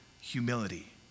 humility